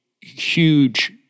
huge